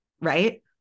right